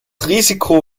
risiko